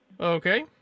Okay